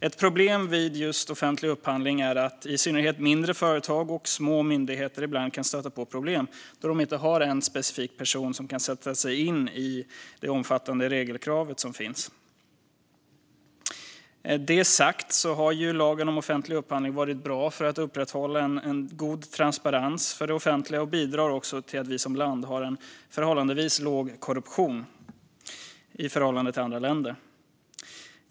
Ett problem vid offentlig upphandling är att i synnerhet mindre företag och små myndigheter ibland kan stöta på problem då de inte har en specifik person som kan sätta sig in i de omfattande regelkrav som finns. Med detta sagt har lagen om offentlig upphandling varit bra för att upprätthålla en god transparens för det offentliga och bidragit till att vi som land har förhållandevis lite korruption i förhållande till andra länder.